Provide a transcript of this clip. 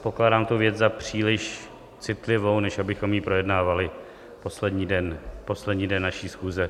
Pokládám tu věc za příliš citlivou, než abychom ji projednávali poslední den naší schůze.